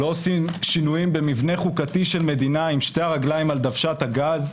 לא עושים שינויים במבנה חוקתי של מדינה עם שתי הרגליים על דוושת הגז.